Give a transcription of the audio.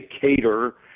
cater